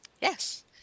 Yes